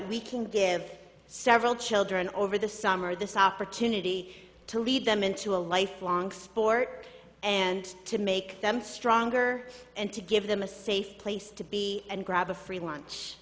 we can give several children over the summer this opportunity to lead them into a lifelong sport and to make them stronger and to give them a safe place to be and grab a free lunch